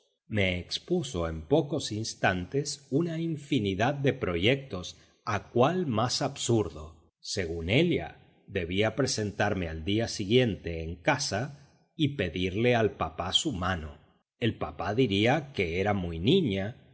me expuso en pocos instantes una infinidad de proyectos a cual más absurdo según ella debía presentarme al día siguiente en casa y pedirle al papá su mano el papá diría que era muy niña